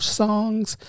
songs